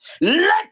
let